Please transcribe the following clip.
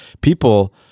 People